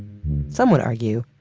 some would argue,